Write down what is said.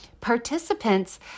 participants